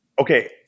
okay